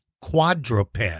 quadruped